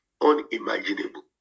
unimaginable